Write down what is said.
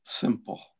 simple